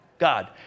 God